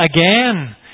again